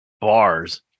Bars